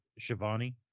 shivani